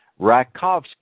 Rakovsky